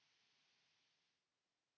Kiitos.